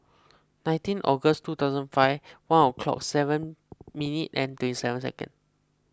nineteen August two thousand and five one o'clock seven minute and twenty seven second